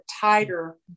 tighter